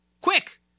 quick